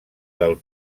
del